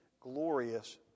glorious